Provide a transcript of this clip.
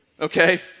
okay